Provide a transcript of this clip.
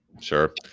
Sure